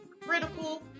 critical